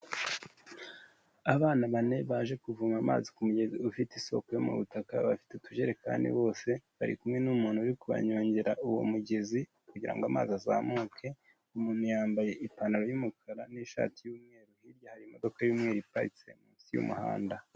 Abana bane baje kuvoma amazi ku mugezi ufite isoko yo mu butaka, bafite utujerekani bose, bari kumwe n'umuntu uri kubanyongera uwo mugezi kugira ngo amazi azamuke, umuntu yambaye ipantaro y'umukara n'ishati y'umweru, hirya hari imodoka y'umweru iparitse munsi y'umuhanda.